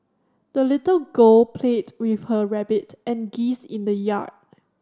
the little girl played with her rabbit and geese in the yard